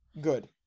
good